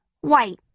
White